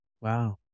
Wow